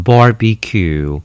Barbecue